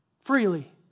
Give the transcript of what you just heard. Freely